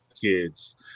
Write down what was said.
kids